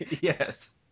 Yes